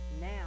now